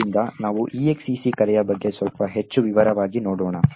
ಆದ್ದರಿಂದ ನಾವು exec ಕರೆಯ ಬಗ್ಗೆ ಸ್ವಲ್ಪ ಹೆಚ್ಚು ವಿವರವಾಗಿ ನೋಡೋಣ